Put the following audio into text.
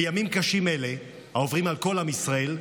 בימים קשים אלו העוברים על כל עם ישראל,